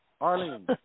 Arlene